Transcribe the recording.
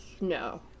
no